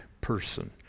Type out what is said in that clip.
person